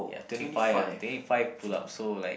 ya twenty five uh twenty five pull-ups so like